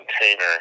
container